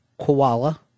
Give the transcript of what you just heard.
koala